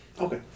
Okay